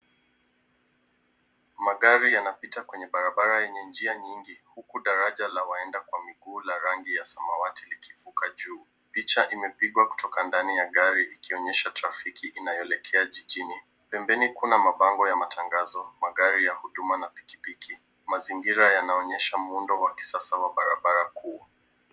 Magari yanapita kwenye barabara yenye njia nyingi huku daraja ya waenda kwa miguu ya rangi ya samawati ikipita juu. Picha imepigwa kutoka ndani ya gari ikionyesha trafiki inayoelekea jijini. Pembeni Kuna mabango ya matangazo, magari ya huduma na pikipiki. Mazingira yanaonyesha muundo wa kisasa wa barabara kuu.